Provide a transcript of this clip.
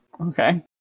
Okay